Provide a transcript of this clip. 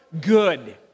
good